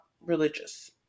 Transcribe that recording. religious